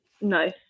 no